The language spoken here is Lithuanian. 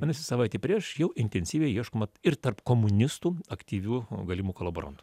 vadinasi savaitė prieš jau intensyviai ieškoma ir tarp komunistų aktyvių galimų kolaborantų